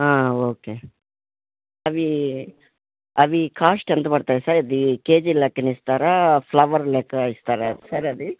okay అవి అవి cost ఎంత పడుతుంది సార్ ఇది కేజీ లెక్కన ఇస్తారా ఫ్లవర్ లెక్కన ఇస్తారా సార్ అది